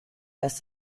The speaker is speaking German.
dass